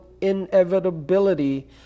inevitability